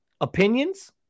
opinions